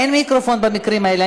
אין מיקרופון במקרים האלה.